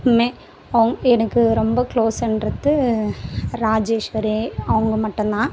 மே அவங் எனக்கு ரொம்ப க்ளோஸுன்றது ராஜேஷ்வரி அவங்க மட்டும்தான்